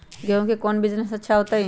गेंहू के कौन बिजनेस अच्छा होतई?